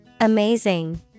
Amazing